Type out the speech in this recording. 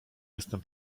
jestem